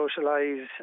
socialise